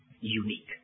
unique